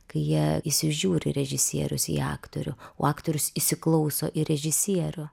kai jie įsižiūri režisierius į aktorių o aktorius įsiklauso į režisierių